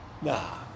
nah